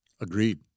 Agreed